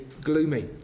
gloomy